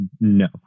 No